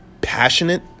passionate